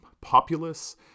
populace